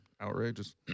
outrageous